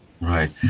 right